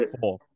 four